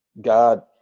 God